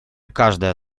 каждая